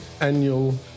annual